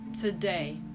today